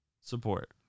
Support